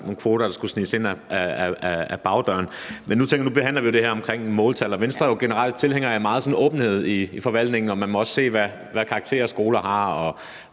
kvoter, der skulle sniges ind ad bagdøren. Men nu behandler vi det her om måltal, og Venstre er jo generelt tilhængere af meget åbenhed i forvaltningen, og at man også må se, hvilke karakterer skoler har,